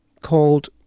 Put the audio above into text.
called